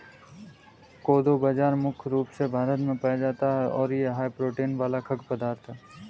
कोदो बाजरा मुख्य रूप से भारत में पाया जाता है और यह हाई प्रोटीन वाला खाद्य पदार्थ है